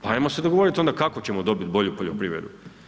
Pa ajmo se dogovorit onda kako ćemo dobiti bolju poljoprivredu.